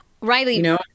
Riley